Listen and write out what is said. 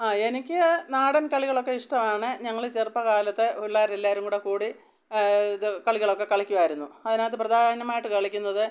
ആ എനിക്ക് നാടൻ കളികളൊക്കെ ഇഷ്ടമാണ് ഞങ്ങൾ ചെറുപ്പകാലത്ത് പിള്ളാരെല്ലാരും കൂടെ കൂടി ഇത് കളികളൊക്കെ കളിക്കുമായിരുന്നു അതിനകത്ത് പ്രധാനമായിട്ടും കളിക്കുന്നത്